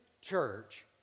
church